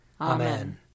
Amen